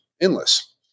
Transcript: endless